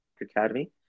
academy